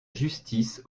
justice